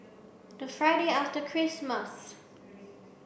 the Friday after Christmas